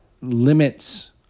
limits